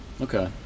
okay